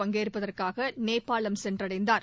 பங்கேற்பதற்காக நேபாளம் சென்றடைந்தார்